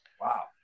Wow